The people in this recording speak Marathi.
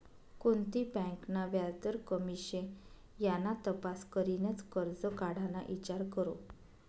कोणती बँक ना व्याजदर कमी शे याना तपास करीनच करजं काढाना ईचार करो